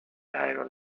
iron